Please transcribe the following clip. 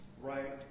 right